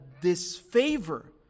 disfavor